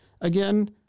again